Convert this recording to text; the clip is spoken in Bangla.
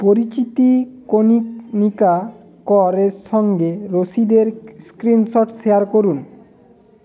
পরিচিতি কনীনিকা করের সঙ্গে রশিদের স্ক্রিনশট শেয়ার করুন